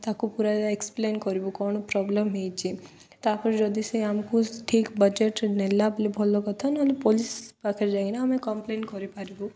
ତାକୁ ପୁରା ଏକ୍ସପ୍ଲେନ୍ କରିବୁ କ'ଣ ପ୍ରୋବ୍ଲେମ୍ ହେଇଛି ତା'ପରେ ଯଦି ସେ ଆମକୁ ଠିକ୍ ବଜେଟ୍ ନେଲା ବୋଲି ଭଲ କଥା ନହେଲେ ପୋଲିସ ପାଖରେ ଯାଇକିନା ଆମେ କମ୍ପ୍ଲେନ୍ କରିପାରିବୁ